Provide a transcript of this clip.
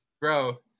Bro